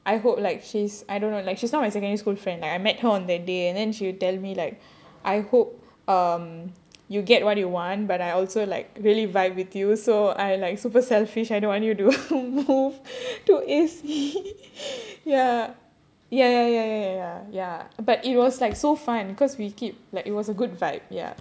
I hope like she's I don't know like she's not my secondary school friend like I met her on that day and then she tell me like I hope um you'll get what you want but I also like really vibe with you so I like super selfish I don't want you to move to A_C ya ya ya ya ya ya but it was like so fun because we keep like it was a good vibe ya